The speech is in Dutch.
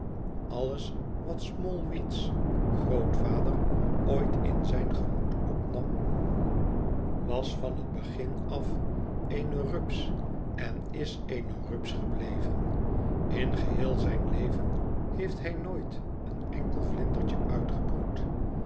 alles wat smallweed's grootvader ooit in zijn gemoed opnam was van het begin af eene rups en is eene rups gebleven in geheel zijn leven heeft hij nooit een enkel vlindertje uitgebroed